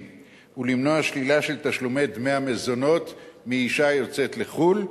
ולמנוע שלילה של תשלומי דמי המזונות מאשה היוצאת לחו"ל,